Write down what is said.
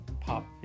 pop